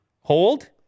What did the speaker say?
hold